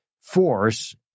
force